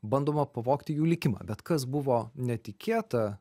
bandoma pavogti jų likimą bet kas buvo netikėta